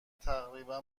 تقریبا